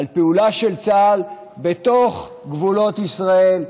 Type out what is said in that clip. על פעולה של צה"ל בתוך גבולות ישראל,